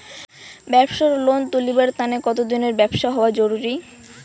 ব্যাবসার লোন তুলিবার তানে কতদিনের ব্যবসা হওয়া জরুরি?